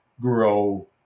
grow